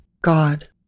God